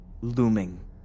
looming